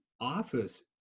office